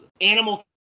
Animal